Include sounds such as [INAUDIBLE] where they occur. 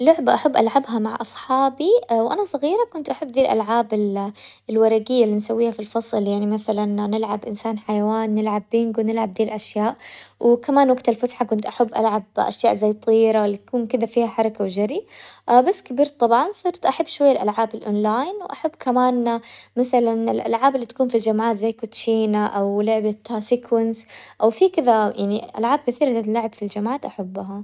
لعبة أحب ألعبها مع أصحابي [HESITATION] وأنا صغيرة كنت أحب ذي الألعاب ال- [HESITATION] الورقية اللي نسويها في الفصل يعني مثلاً نلعب إنسان حيوان، نلعب بينق ونلعب ذي الأشياء، وكمان وقت الفسحة كنت أحب ألعب أشياء زي الطيرة اللي يكون فيها كذا حركة وجري، [HESITATION] بس كبرت طبعاً صرت أحب شوية الألعاب الأون لاين، وأحب كمان مثلاً الألعاب اللي تكون في جمعات زي الكوتشينة أو لعبة تاسيكونز أو في كذا يعني، ألعاب كثير تنلعب في الجمعات أحبها.